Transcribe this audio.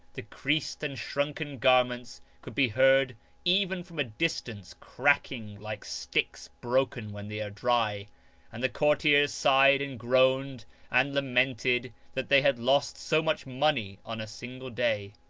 the creased and shrunken garments could be heard even from a distance crack ing like sticks broken when they are dry and the courtiers sighed and groaned and lamented that they had lost so much money on a single day.